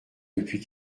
depuis